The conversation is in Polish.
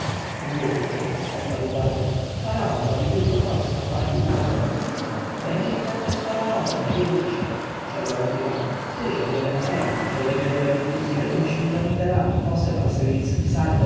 głupi ty odparł dagon faraon robi tylko to co kapłani uradzą będzie i traktat z faraonem nie bójcie się przerwał hiram w tyrze wiemy na pewno że jedzie do egiptu z wielką świtą i darami poseł asyryjski sargon